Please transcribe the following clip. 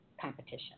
competition